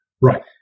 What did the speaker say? Right